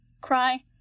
cry